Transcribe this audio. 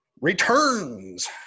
Returns